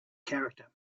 character